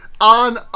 On